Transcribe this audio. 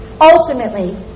Ultimately